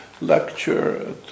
lecture